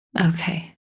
Okay